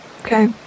Okay